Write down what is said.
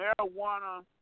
marijuana